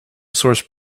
source